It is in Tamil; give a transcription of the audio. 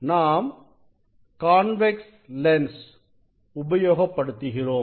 நாம் கான்வெக்ஸ் லென்ஸ் உபயோகப்படுத்துகிறோம்